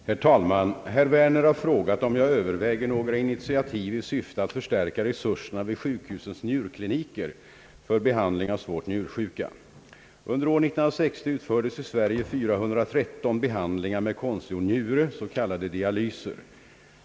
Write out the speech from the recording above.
Herr talman! Herr Werner har frågat, om jag överväger några initiativ i syfte att förstärka resurserna vid sjukhusens njurkliniker för behandling av svårt njursjuka. Under år 1960 utfördes i Sverige 413 behandlingar med konstgjord njure, s.k. dialyser.